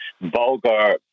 vulgar